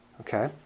Okay